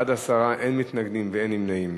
בעד, 10, אין מתנגדים ואין נמנעים.